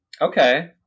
Okay